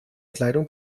kleidung